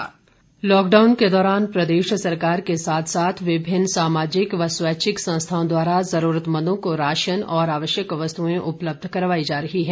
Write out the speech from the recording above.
सहायता भारद्वाज लॉकडाउन के दौरान प्रदेश सरकार के साथ साथ विभिन्न सामाजिक व स्वैच्छिक संस्थाओं द्वारा जरूरतमंदों को राशन और आवश्यक वस्तुएं उपलब्ध करवाई जा रही हैं